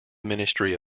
ministry